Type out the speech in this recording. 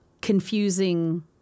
confusing